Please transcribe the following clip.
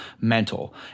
mental